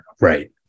Right